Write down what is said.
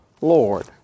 Lord